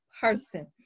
person